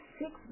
six